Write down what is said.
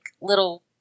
little